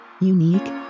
unique